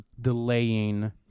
delaying